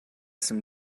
some